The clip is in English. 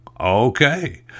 okay